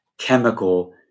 chemical